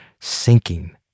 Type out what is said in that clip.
sinking